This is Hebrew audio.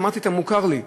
אמרתי: אתה מוכר לי.